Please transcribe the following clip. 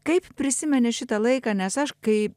kaip prisimeni šitą laiką nes aš kai